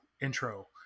intro